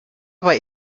aber